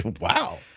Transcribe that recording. wow